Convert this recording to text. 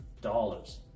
dollars